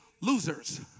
losers